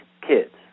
kids